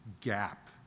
gap